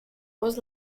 was